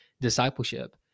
discipleship